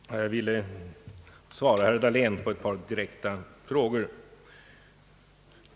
Herr talman! Jag vill svara herr Dahlén på ett par direkta frågor.